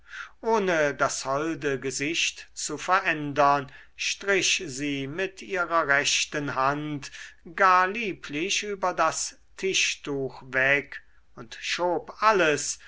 ohne das holde gesicht zu verändern strich sie mit ihrer rechten hand gar lieblich über das tischtuch weg und schob alles